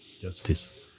justice